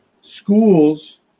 schools